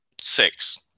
Six